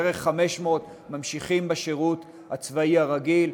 בערך 500 ממשיכים בשירות הצבאי הרגיל.